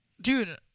Dude